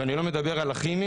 ואני לא מדבר על הכימיים,